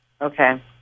Okay